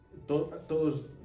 Todos